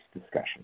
discussion